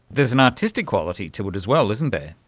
there is an artistic quality to it as well, isn't there?